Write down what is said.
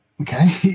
okay